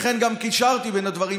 לכן גם קישרתי בין הדברים.